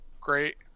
great